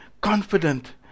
confident